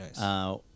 nice